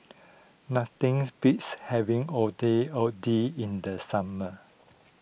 nothings beats having Ondeh Ondeh in the summer